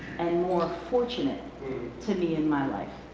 and more fortunate to me in my life.